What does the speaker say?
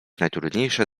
najtrudniejsze